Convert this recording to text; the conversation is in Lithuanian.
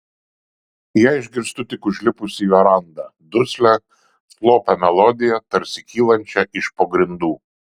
ją išgirstu tik užlipusi į verandą duslią slopią melodiją tarsi kylančią iš po grindų